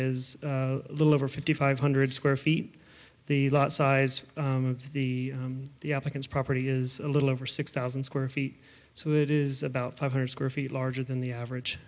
is a little over fifty five hundred square feet the lot size the the applicant's property is a little over six thousand square feet so it is about five hundred square feet larger than the average